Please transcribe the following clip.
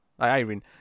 Irene